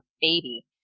baby